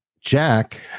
Jack